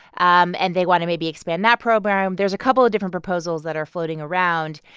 um and they want to maybe expand that program. there's a couple of different proposals that are floating around.